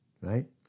right